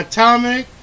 Atomic